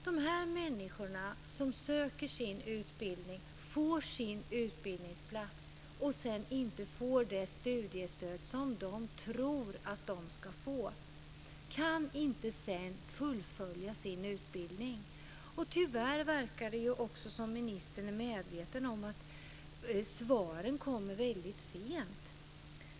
De som söker sig till en utbildning och får en utbildningsplats men sedan inte får det studiestöd som de tror att de ska få kan inte fullfölja sin utbildning. Det verkar som om ministern är medveten om att svaren tyvärr kommer väldigt sent.